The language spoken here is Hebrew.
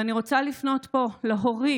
ואני רוצה לפנות פה להורים,